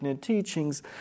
teachings